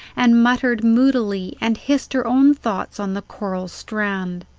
and muttered moodily and hissed her own thoughts on the coral strand.